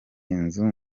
inzu